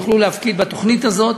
יוכלו להפקיד בתוכנית הזאת.